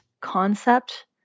concept